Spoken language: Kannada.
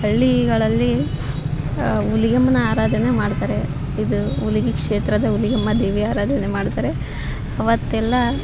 ಹಳ್ಳಿಗಳಲ್ಲಿ ಹುಲಿಗೆಮ್ಮನ ಆರಾಧನೆ ಮಾಡ್ತಾರೆ ಇದು ಹುಲಿಗಿ ಕ್ಷೇತ್ರದ ಹುಲಿಗೆಮ್ಮ ದೇವಿಯ ಆರಾಧನೆ ಮಾಡ್ತಾರೆ ಅವತ್ತೆಲ್ಲ